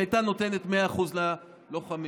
שהייתה נותנת 100% ללוחמים.